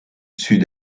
sud